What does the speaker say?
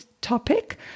topic